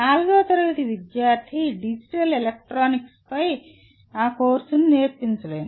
4 వ తరగతి విద్యార్థికి డిజిటల్ ఎలక్ట్రానిక్స్పై నా కోర్సును నేర్పించలేను